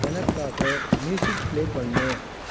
எனக்காக music play பண்ணு